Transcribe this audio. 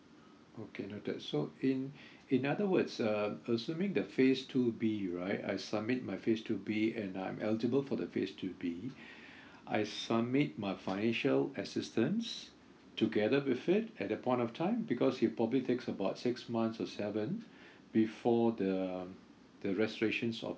okay noted so in in other words uh assuming that phase two B right I submit my phase two B and I'm eligible for the phase two B I submit my financial assistance together with it at that point of time because it probably takes about six months or seven before the the registration of